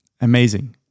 Amazing